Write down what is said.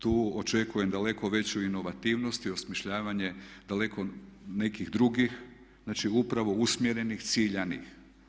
Tu očekujem daleko veću inovativnost i osmišljavanje daleko nekih drugih, znači upravo usmjerenih, ciljanih.